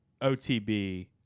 OTB